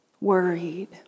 worried